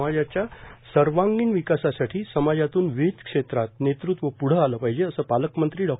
समाजाच्या सर्वांगीण विकासासाठी समाजातून विविध क्षेत्रांत नेतृत्व पुढं आलं पाहिजेए असं पालकमंत्री डॉ